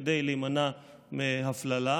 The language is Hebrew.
כדי להימנע מהפללה.